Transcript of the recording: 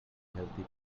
healthy